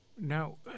Now